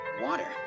water